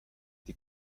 die